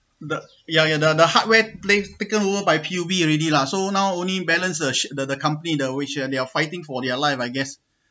the ya ya the the hardware place taken over by P_U_B already lah so now only balance the sha~ the the company the over share they are fighting for their life I guess